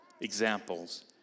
examples